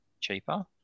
cheaper